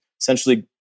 essentially